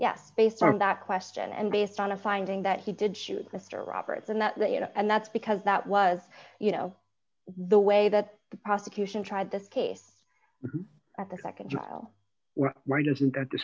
yes based on that question and based on a finding that he did shoot mr roberts and that and that's because that was you know the way that the prosecution tried this case at the nd trial right isn't that